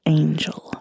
angel